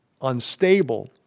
unstable